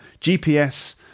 GPS